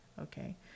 Okay